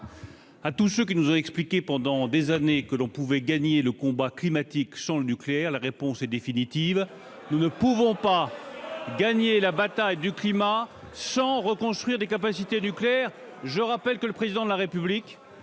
À tous ceux qui nous ont expliqué pendant des années que l'on pouvait gagner le combat climatique sans le nucléaire, la réponse est définitive : nous ne pouvons pas gagner la bataille du climat sans reconstruire des capacités nucléaires. Rouvrez Fessenheim ! Je rappelle que le Président de la République